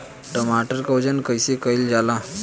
टमाटर क वजन कईसे कईल जाला?